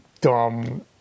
dumb